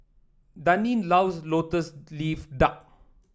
Daneen loves lotus leaf duck